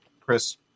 Chris